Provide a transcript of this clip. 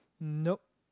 nope